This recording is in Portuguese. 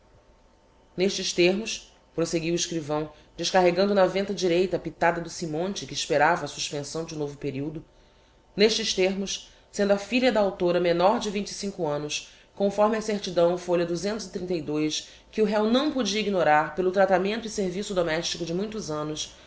n'estes termos proseguiu o escrivão descarregando na venta direita a pitada do simonte que esperava a suspensão de novo periodo n'estes termos sendo a filha da a menor de annos conforme a certidão fl que o réo não podia ignorar pelo tratamento e serviço domestico de muitos annos